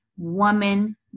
woman